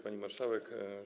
Pani Marszałek!